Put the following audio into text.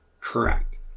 correct